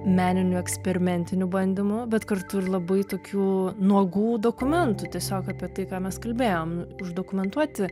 meninių eksperimentinių bandymų bet kartu ir labai tokių nuogų dokumentų tiesiog apie tai ką mes kalbėjom uždokumentuoti